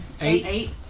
Eight